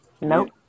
Nope